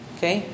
Okay